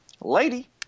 Lady